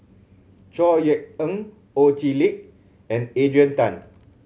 Chor Yeok Eng Ho Chee Lick and Adrian Tan